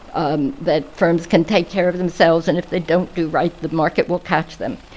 um that firms can take care of themselves and if they don't do right, the market will catch them.